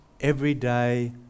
Everyday